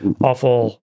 awful